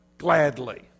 Gladly